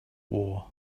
war